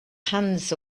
hands